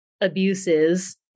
abuses